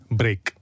break